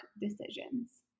decisions